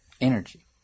energy